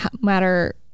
matter